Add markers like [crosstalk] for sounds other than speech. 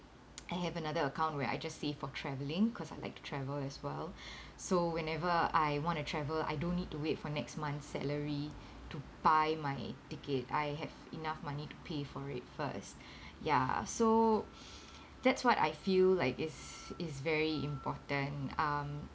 [noise] I have another account where I just save for travelling because I like to travel as well [breath] so whenever I want to travel I don't need to wait for next month's salary to buy my ticket I have enough money to pay for it first [breath] ya so [breath] that's what I feel like is is very important um